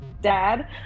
Dad